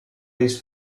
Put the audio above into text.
his